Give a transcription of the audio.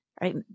right